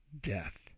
death